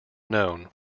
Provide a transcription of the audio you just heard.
known